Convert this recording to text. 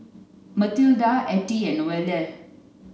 Matilda Ettie and Noelle